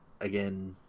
again